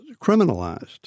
criminalized